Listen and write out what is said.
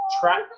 track